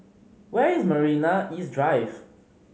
where is Marina East Drive